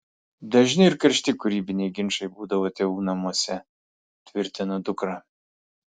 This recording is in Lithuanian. dažni ir karšti kūrybiniai ginčai būdavo tėvų namuose tvirtina dukra